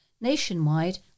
Nationwide